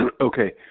Okay